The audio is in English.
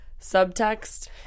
subtext